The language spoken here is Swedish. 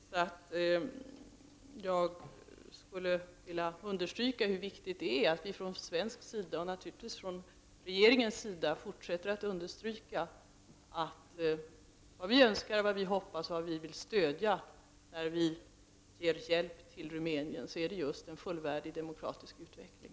Därför skulle jag vilja understryka hur viktigt det är att vi från svensk sida — och naturligtvis från regeringens sida — fortsätter att framhålla att vad vi önskar och vill stödja med hjälpen till Rumänien är just en fullvärdig demokratisk utveckling.